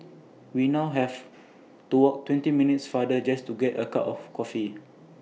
we now have to walk twenty minutes farther just to get A cup of coffee